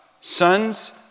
sons